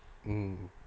mm